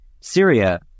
Syria